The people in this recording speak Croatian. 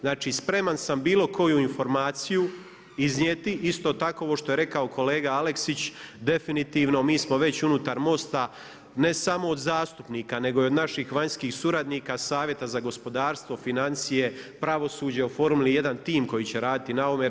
Znači spreman sam bilo koju informaciju iznijeti, isto tako ovo što je rekao kolega Aleksić, definitivno mi smo već unutar MOST-a ne samo od zastupnika nego i od naših vanjskih suradnika, savjeta za gospodarstvo, financije, pravosuđe, oformili jedan tim koji će raditi na ovome.